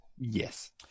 Yes